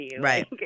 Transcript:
Right